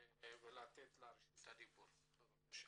רשות הדיבור שלך בבקשה.